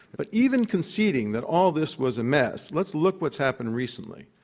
but even conceding that all this was a mess, let's look what's happened recently.